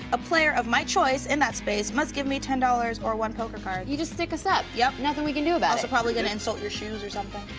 a player of my choice in that space must give me ten dollars or one poker card. you just stick us up. yup. nothing we can do about it. also probably gonna insult your shoes or somethin'.